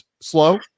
slow